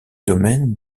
domaine